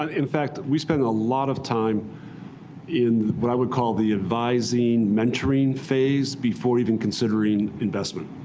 um in fact, we spend a lot of time in what i would call the advising, mentoring phase before even considering investment.